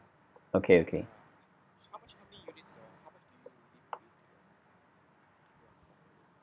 okay okay